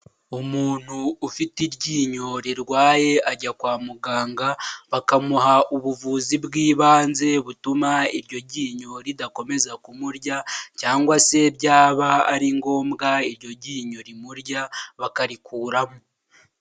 Umuntu ufite i ryinyo rirwaye ajya kwa muganga bakamuha ubuvuzi bw'ibanze butuma iryo ryinyo ridakomeza kumurya, cyangwa se ryaba ari ngombwa iryo ryinyo rimurya bakarikuramo.